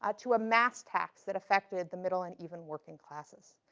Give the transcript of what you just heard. ah to a mass tax that affected the middle and even working classes.